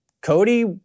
Cody